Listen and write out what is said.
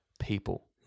people